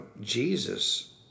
Jesus